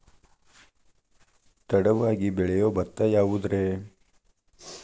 ತಡವಾಗಿ ಬೆಳಿಯೊ ಭತ್ತ ಯಾವುದ್ರೇ?